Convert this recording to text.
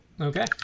Okay